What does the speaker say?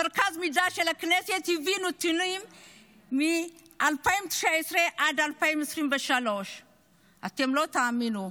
מרכז המחקר והמידע של הכנסת הביא נתונים מ-2019 עד 2023. אתם לא תאמינו,